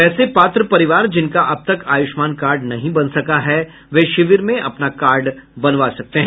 वैसे पात्र परिवार जिनका अब तक आयुष्मान कार्ड नहीं बन सका है वे शिविर में अपना कार्ड बनवा सकते हैं